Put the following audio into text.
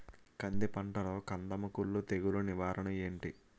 కంది పంటలో కందము కుల్లు తెగులు నివారణ ఏంటి?